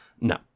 no